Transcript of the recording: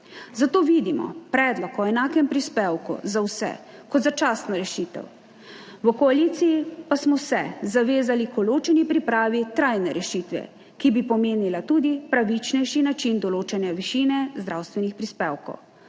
zato vidimo predlog o enakem prispevku za vse kot začasno rešitev. V koaliciji pa smo se zavezali k ločeni pripravi trajne rešitve, ki bi pomenila tudi pravičnejši način določanja višine zdravstvenih prispevkov.